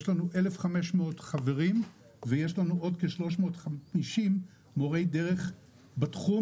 יש לנו 1,500 חברים ויש לנו עוד כ-350 מורי דרך בתחום